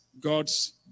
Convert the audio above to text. God's